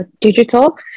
digital